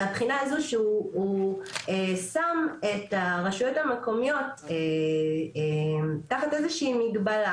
מהבחינה הזו שהוא שם את הרשויות המקומיות תחת איזושהי מגבלה,